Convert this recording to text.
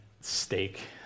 steak